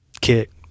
kick